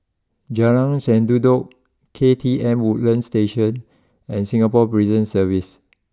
Jalan Sendudok K T M Woodlands Station and Singapore Prison Service